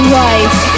right